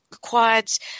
quads